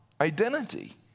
identity